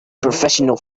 professional